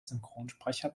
synchronsprecher